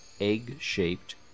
egg-shaped